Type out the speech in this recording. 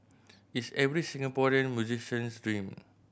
it's every Singaporean musician's dream